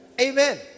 Amen